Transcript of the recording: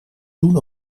doen